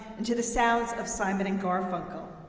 and to the sounds of simon and garfunkel.